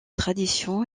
tradition